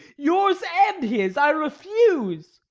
yours and his, i refuse!